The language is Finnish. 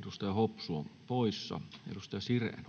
Toinen varapuhemies